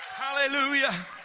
Hallelujah